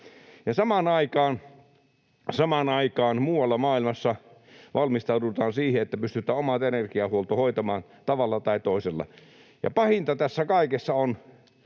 Samaan aikaan muualla maailmassa valmistaudutaan siihen, että pystytään oma energiahuolto hoitamaan tavalla tai toisella, ja pahinta tässä kaikessa on,